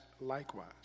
likewise